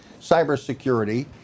cybersecurity